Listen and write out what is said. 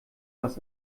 was